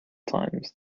times